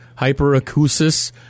hyperacusis